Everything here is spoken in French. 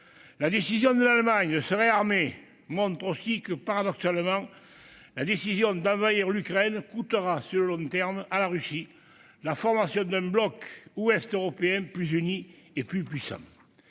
La décision de l'Allemagne de se réarmer montre aussi que, paradoxalement, la décision d'envahir l'Ukraine coûtera à la Russie, sur le long terme, la formation d'un bloc ouest européen plus uni et plus puissant.